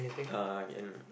uh ya